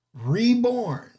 reborn